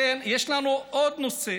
יש לנו עוד נושא: